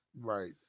right